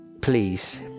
please